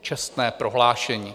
Čestné prohlášení.